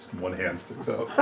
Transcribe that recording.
one hand sticks out.